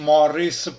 Morris